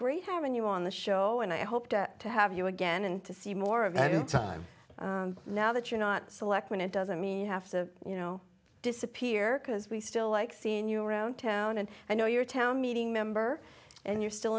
great having you on the show and i hope to have you again and to see more of that in time now that you're not selectman it doesn't mean you have to you know disappear because we still like seeing you around town and i know your town meeting member and you're still